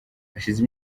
hashize